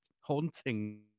haunting